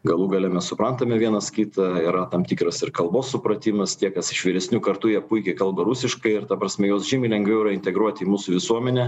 galų gale mes suprantame vienas kitą yra tam tikras ir kalbos supratimas tie kas iš vyresnių kartų jie puikiai kalba rusiškai ir ta prasme juos žymiai lengviau yra integruoti į mūsų visuomenę